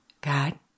God